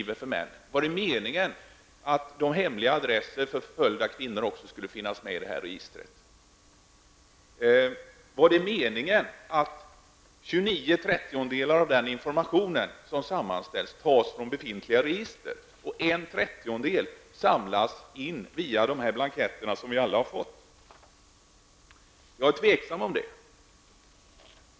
Var det meningen att förföljda kvinnors hemliga adresser också skulle finnas med i detta register? Var det meningen att tjugonio trettiondelar av den information som sammanställs tas från befintliga register och en trettiondel samlas in via de blanketter som vi alla har fått? Jag ställer mig tveksam till det.